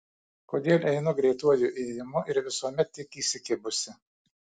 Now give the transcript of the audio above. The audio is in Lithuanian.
kodėl einu greituoju ėjimu ir visuomet tik įsikibusi